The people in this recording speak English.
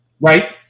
Right